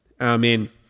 Amen